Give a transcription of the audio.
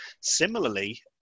Similarly